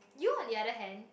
you're the other hand